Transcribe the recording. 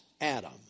Adam